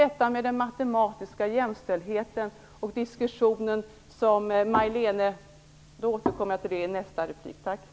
Jag återkommer i nästa replik till den matematiska jämställdheten.